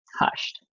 hushed